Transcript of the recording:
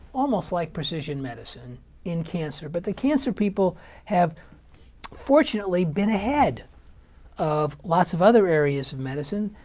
almost like precision medicine in cancer. but the cancer people have fortunately been ahead of lots of other areas of medicine.